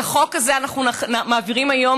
את החוק הזה אנחנו מעבירים היום,